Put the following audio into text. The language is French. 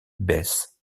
baisse